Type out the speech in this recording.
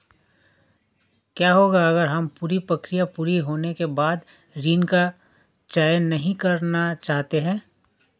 क्या होगा अगर हम पूरी प्रक्रिया पूरी होने के बाद ऋण का चयन नहीं करना चाहते हैं?